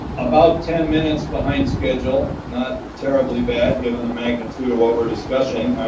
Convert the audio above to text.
about ten minutes behind schedule, not terribly bad given the magnitude of what we're discussing.